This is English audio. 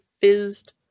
fizzed